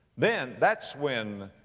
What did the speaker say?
then that's when,